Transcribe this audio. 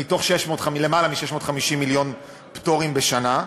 למעלה מ-650 מיליון שקל בפטורים בשנה,